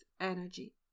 energy